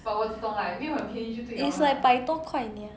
is like 百多块 nia